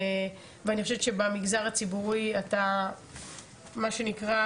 ואני חושבת שבמגזר הציבורי אתה מה שנקרא